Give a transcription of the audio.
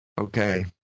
Okay